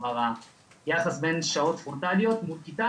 כלומר היחס בין שעות פרונטליות בכיתה,